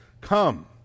come